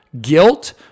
guilt